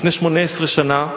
לפני 18 שנה,